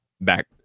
back